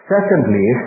Secondly